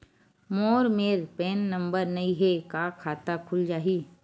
मोर मेर PAN number नई हे का खाता खुल जाही?